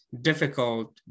difficult